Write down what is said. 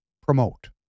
promote